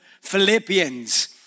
Philippians